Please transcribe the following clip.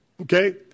Okay